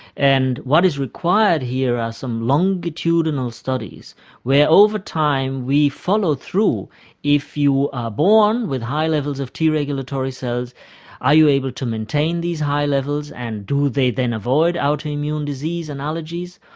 and what is required here are some longitudinal studies where over time we follow through if you are born with high levels of t regulatory cells are you able to maintain these high levels and do they then avoid autoimmune disease and allergies,